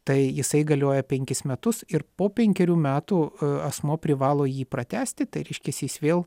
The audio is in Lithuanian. tai jisai galioja penkis metus ir po penkerių metų asmuo privalo jį pratęsti tai reiškiasi jis vėl